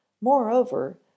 Moreover